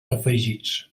afegits